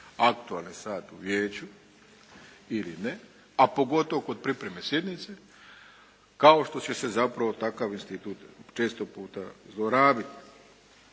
aktualni sat u vijeću ili ne, a pogotovo kod pripreme sjednice, kao što će se zapravo takav institut često puta zlorabiti.